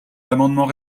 l’amendement